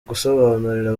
gusobanurira